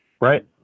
Right